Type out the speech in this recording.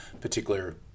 particular